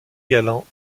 galant